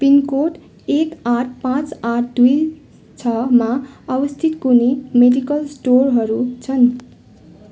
pin code एक आठ पाँच आठ दुई छमा अवस्थित कुनै मेडिकल स्टोरहरू छन्